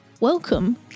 Welcome